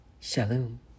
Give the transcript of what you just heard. Shalom